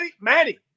Manny